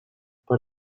per